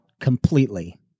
completely